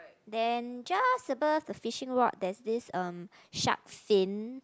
then just above the fishing rod there's this um shark fin